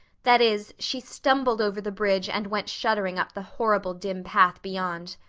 that is, she stumbled over the bridge and went shuddering up the horrible dim path beyond.